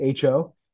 Ho